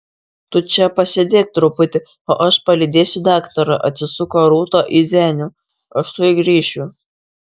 tu čia pasėdėk truputį o aš palydėsiu daktarą atsisuko rūta į zenių aš tuoj grįšiu